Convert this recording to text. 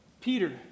Peter